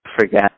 forget